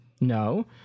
No